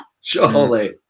Surely